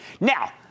Now